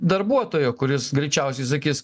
darbuotojo kuris greičiausiai sakys